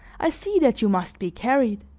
i see that you must be carried.